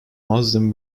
muslim